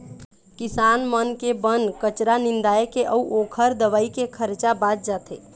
किसान मन के बन कचरा निंदाए के अउ ओखर दवई के खरचा बाच जाथे